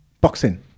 Boxing